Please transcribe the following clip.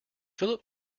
philip